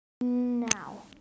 Now